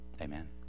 amen